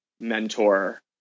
mentor